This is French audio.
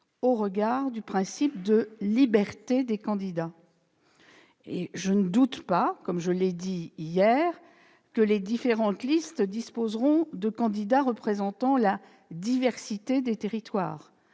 au regard du principe de liberté des candidatures. Je ne doute pas, comme je l'ai dit hier, que les différentes listes disposeront de candidats représentant la diversité des territoires,